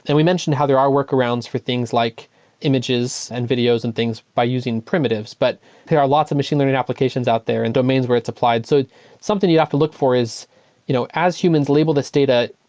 and we mentioned how there are workarounds for things like images and videos and things by using primitives, but there are lots of machine learning applications out there and domains where it's applied. so something you have to look for is you know as humans label this data,